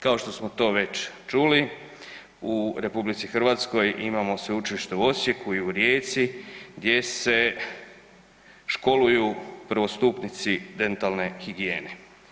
Kao što smo to već čuli, u RH imamo Sveučilište u Osijeku i u Rijeci gdje se školuju prvostupnici dentalne higijene.